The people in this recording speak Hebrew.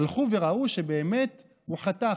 הלכו וראו שבאמת הוא חתך.